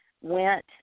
went